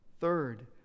third